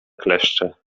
kleszcze